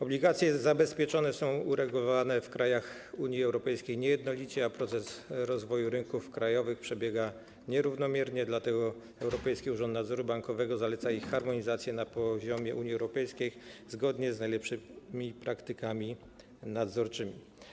Obligacje zabezpieczone są uregulowane w krajach Unii Europejskiej niejednolicie, a proces rozwoju rynków krajowych przebiega nierównomiernie, dlatego Europejski Urząd Nadzoru Bankowego zaleca ich harmonizację na poziomie Unii Europejskiej zgodnie z najlepszymi praktykami nadzorczymi.